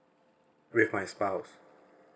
with my spouse